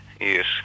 Yes